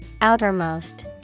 Outermost